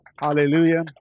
hallelujah